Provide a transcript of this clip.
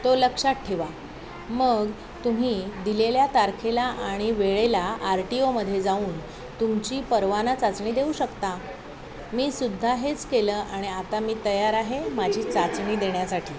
तो लक्षात ठेवा मग तुम्ही दिलेल्या तारखेला आणि वेळेला आर टी ओमध्ये जाऊन तुमची परवाना चाचणी देऊ शकता मी सुद्धा हेच केलं आणि आता मी तयार आहे माझी चाचणी देण्यासाठी